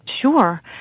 Sure